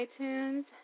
iTunes